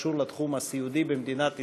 שקשור לתחום הסיעודי במדינת ישראל,